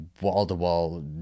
wall-to-wall